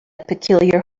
peculiar